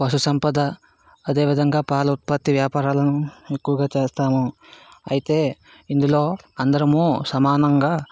పశుసంపద అదేవిధంగా పాల ఉత్పత్తి వ్యాపారాలను ఎక్కువగా చేస్తాము అయితే ఇందులో అందరమూ సమానంగా